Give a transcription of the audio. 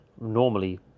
normally